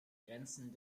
grenzen